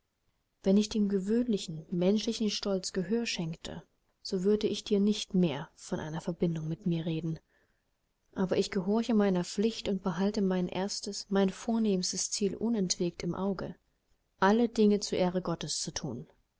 wenn ich dem gewöhnlichen menschlichen stolz gehör schenkte so würde ich dir nicht mehr von einer verbindung mit mir reden aber ich gehorche meiner pflicht und behalte mein erstes mein vornehmstes ziel unentwegt im auge alle dinge zur ehre gottes zu thun